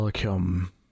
Welcome